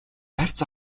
барьц